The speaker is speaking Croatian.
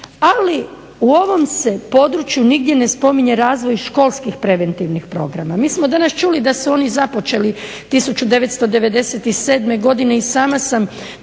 ali u ovom se području nigdje ne spominje razvoj školskih preventivnih programa. Mi smo danas čuli da su oni započeli 1997. godine i sama sam